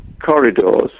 corridors